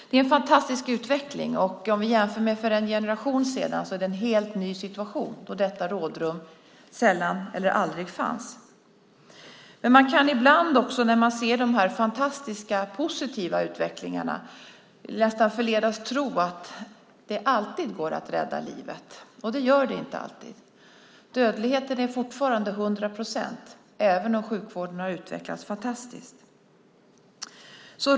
Det är en fantastik utveckling, och jämfört med hur det var för en generation sedan är det en helt ny situation, då detta rådrum sällan eller aldrig fanns. Men ibland när man ser denna fantastiska positiva utveckling kan man förledas att tro att det alltid går att rädda livet, och det gör det inte alltid. Dödligheten är fortfarande 100 procent, även om sjukvården har utvecklats fantastiskt.